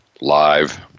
live